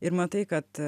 ir matai kad